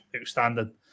outstanding